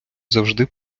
завжди